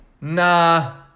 Nah